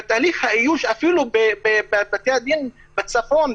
תהליך האיוש אפילו בבתי הדין בצפון,